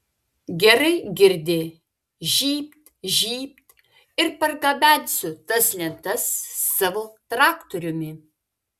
gerai girdi žybt žybt ir pargabensiu tas lentas savo traktoriumi